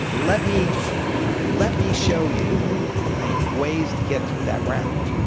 let me let me show you like ways to get through that round.